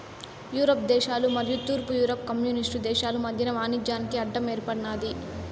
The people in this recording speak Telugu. యూరప్ దేశాలు మరియు తూర్పు యూరప్ కమ్యూనిస్టు దేశాలు మధ్యన వాణిజ్యానికి అడ్డం ఏర్పడినాది